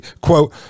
quote